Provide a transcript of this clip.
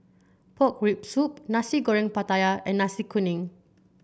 Pork Rib Soup Nasi Goreng Pattaya and Nasi Kuning